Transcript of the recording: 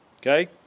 Okay